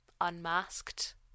unmasked